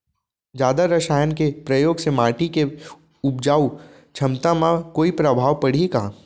जादा रसायन के प्रयोग से माटी के उपजाऊ क्षमता म कोई प्रभाव पड़ही का?